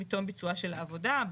מתום ביצועה של העבודה.